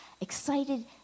excited